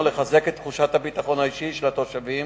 ולחזק את תחושת הביטחון האישי של התושבים.